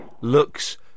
looks